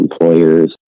employers